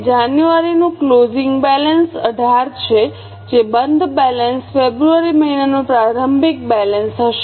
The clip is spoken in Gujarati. તેથી જાન્યુઆરીનું ક્લોઝિંગ બેલેન્સ 18 છે જે બંધ બેલેન્સ ફેબ્રુઆરી મહિનાનું પ્રારંભિક બેલેન્સ હશે